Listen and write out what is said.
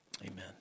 amen